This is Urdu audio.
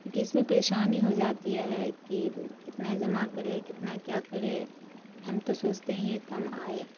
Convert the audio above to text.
کیوںکہ اس میں پریشانی ہو جاتی ہے کہ کتنا جمع کریں کتنا کیا کریں ہم تو سوچتے ہی ہیں کم آئے